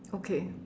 okay